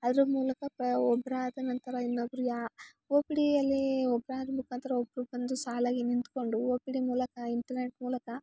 ಅದ್ರ ಮೂಲಕ ಪ ಒಬ್ಬರಾದ ನಂತರ ಇನ್ನೊಬ್ಬರು ಯಾ ಒಪಿಡಿಯಲ್ಲಿ ಒಬ್ರಾದ ಮುಖಾಂತರ ಒಬ್ಬರು ಬಂದು ಸಾಲಾಗಿ ನಿಂತ್ಕೊಂಡು ಒ ಪಿ ಡಿ ಮೂಲಕ ಇಂಟರ್ನೆಟ್ ಮೂಲಕ